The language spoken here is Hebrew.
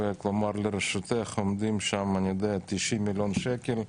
כלומר, לרשותך עומדים שם 90 מיליון שקל.